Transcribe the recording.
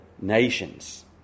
nations